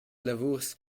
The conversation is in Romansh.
lavurs